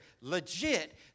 legit